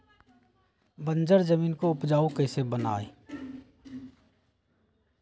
बंजर जमीन को उपजाऊ कैसे बनाय?